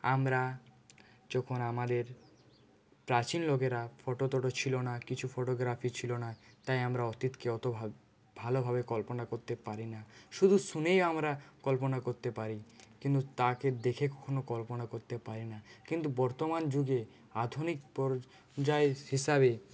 আমরা যখন আমাদের প্রাচীন লোকেরা ফটো টটো ছিল না কিছু ফটোগ্রাফি ছিল না তাই আমরা অতীত কে অতো ভালো ভালোভাবে কল্পনা করতে পারি না শুধু শুনেই আমরা কল্পনা করতে পারি কিন্তু তাকে দেখে কখনও কল্পনা করতে পারি না কিন্তু বর্তমান যুগে আধুনিক পর্যায় হিসাবে